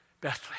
Bethlehem